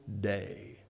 day